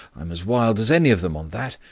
i'm as wild as any of them on that.